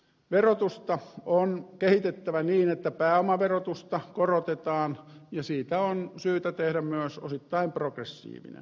verotusta on kehitettävä niin että pääomaverotusta korotetaan ja siitä on syytä tehdä myös osittain progressiivinen